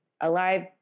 alive